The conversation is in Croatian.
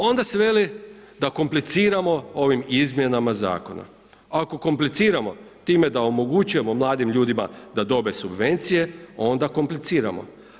Onda se veli da kompliciramo ovim izmjenama zakona. ako kompliciramo time da omogućujemo mladim ljudima da dobe subvencije, onda kompliciramo.